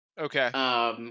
Okay